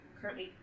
currently